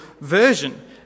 version